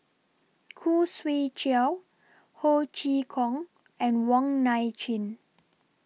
Khoo Swee Chiow Ho Chee Kong and Wong Nai Chin